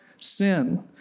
sin